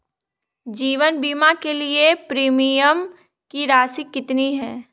जीवन बीमा के लिए प्रीमियम की राशि कितनी है?